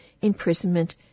imprisonment